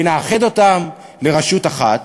נאחד אותן לרשות אחת